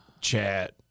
chat